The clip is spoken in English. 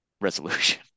resolution